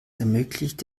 ermöglicht